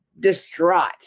distraught